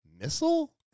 missile